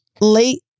late